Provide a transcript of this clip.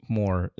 more